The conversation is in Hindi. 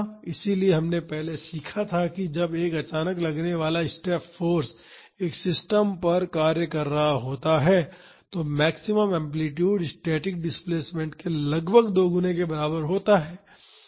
इसलिए हमने पहले सीखा था कि जब एक अचानक लगने वाला स्टेप फाॅर्स एक सिस्टम पर कार्य कर रहा होता है तो मैक्सिमम एम्पलीटूड स्टैटिक डिस्प्लेस्मेंट के लगभग दोगुने के बराबर होता है